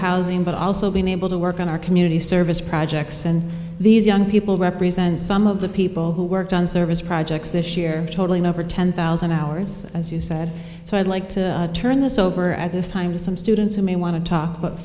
housing but also been able to work on our community service projects and these young people represent some of the people who worked on service projects this year totaling over ten thousand hours as you said so i'd like to turn this over at this time to some students who may want to talk about